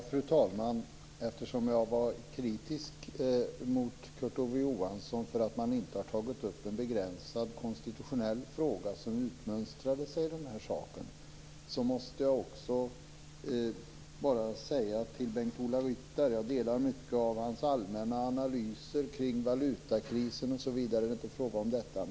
Fru talman! Jag var kritisk mot Kurt Ove Johansson för att man inte har tagit upp en begränsad konstitutionell fråga som utmönstrade sig i samband med den här saken. Jag måste också till Bengt-Ola Ryttar få säga att jag i mångt och mycket instämmer i hans allmänna analyser kring valutakrisen osv. Det är inte fråga om något annat.